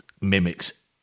mimics